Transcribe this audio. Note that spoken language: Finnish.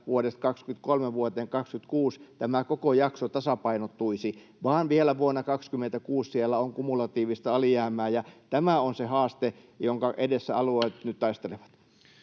vuodesta 23 vuoteen 26, tämä koko jakso tasapainottuisi, vaan vielä vuonna 26 siellä on kumulatiivista alijäämää, ja tämä on se haaste, jonka edessä alueet nyt taistelevat.